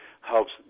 helps